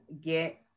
get